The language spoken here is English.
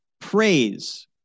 praise